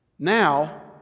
Now